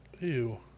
ew